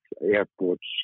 airports